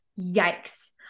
Yikes